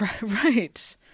Right